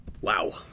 Wow